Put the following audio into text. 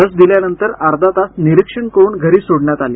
लस दिल्यानंतर अर्धा तास निरीक्षण करून घरी सोडण्यात आले